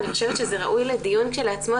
אני חושבת שזה ראוי לדיון כשלעצמו,